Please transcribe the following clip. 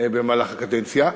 במהלך הקדנציה.